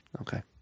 Okay